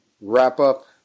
wrap-up